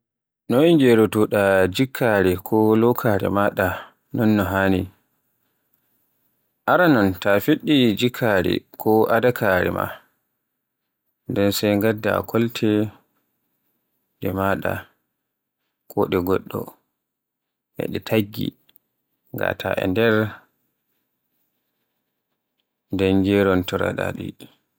Noy gerotoɗa jikkare ko lokaare maaɗa nonno haani. Aranon ta fuɗɗi jikkare ko adakare maaɗa nden ngadda kolte maaɗa ko de goɗɗo e ɗe taggi. Nden gerontiri.